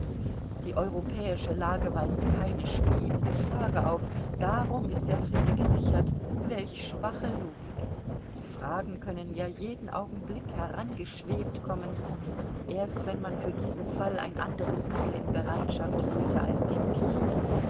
die europäische lage weist keine schwebende frage auf darum ist der friede gesichert welche schwache logik die fragen können ja jeden augenblick herangeschwebt kommen erst wenn man für diesen fall ein anderes mittel in bereitschaft hielte als den krieg